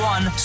One